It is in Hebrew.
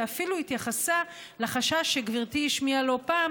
ואפילו התייחסה לחשש שגברתי השמיעה לא פעם